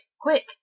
quick